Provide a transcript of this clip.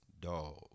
dog